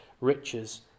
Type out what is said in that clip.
riches